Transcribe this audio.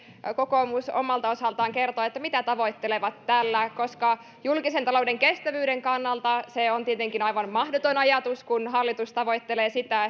kokoomus omalta osaltaan kertoo mitä tavoittelevat tällä koska julkisen talouden kestävyyden kannalta se on tietenkin aivan mahdoton ajatus kun hallitus tavoittelee sitä